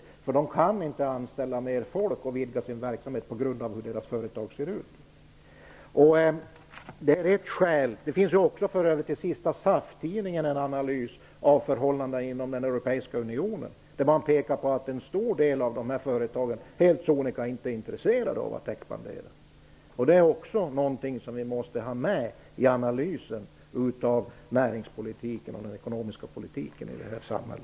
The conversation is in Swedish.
De kan nämligen inte anställa mer folk och vidga sin verksamhet, på grund av att deras företag ser ut på ett visst sätt. I den senaste SAF-tidningen görs en analys av förhållandena inom den europeiska unionen, där man pekar på att en stor del av företagen helt sonika inte är intresserade av att expandera. Det är också någonting som vi måste ta med i analysen av näringspolitiken och den ekonomiska politiken i detta samhälle.